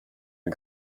den